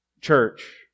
church